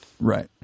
Right